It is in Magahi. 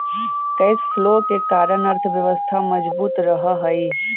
कैश फ्लो के कारण अर्थव्यवस्था मजबूत रहऽ हई